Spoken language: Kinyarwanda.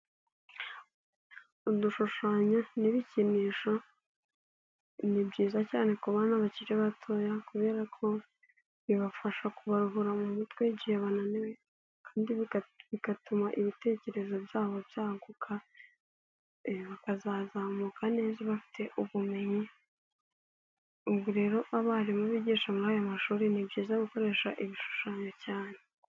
Udushushanyo n'ibikinisho, ni byiza cyane ku bana bakiri batoya, kubera ko bibafasha kubaruhura mu mitwe igihe bananiwe, kandi bigatuma ibitekerezo byabo byaguka, bakazazamuka neza bafite ubumenyi, ubu rero abarimu bigisha muri ayo mashuri ni byiza gukoresha ibishushanyo cyane.